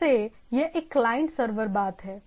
फिर से यह एक क्लाइंट सर्वर बात है